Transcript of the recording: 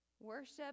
Worship